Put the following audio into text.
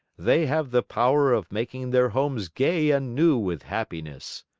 they have the power of making their homes gay and new with happiness.